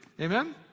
Amen